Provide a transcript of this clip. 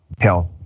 health